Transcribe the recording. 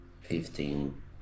Fifteen